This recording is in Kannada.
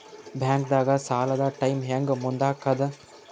ಬ್ಯಾಂಕ್ದಾಗ ಸಾಲದ ಟೈಮ್ ಹೆಂಗ್ ಮುಂದಾಕದ್?